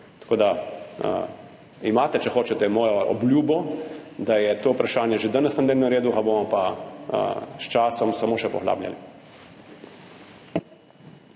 Tako da vam dam, če hočete, mojo obljubo, da je to vprašanje že danes na dnevnem redu, ga bomo pa s časom samo še poglabljali.